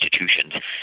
institutions